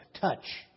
touch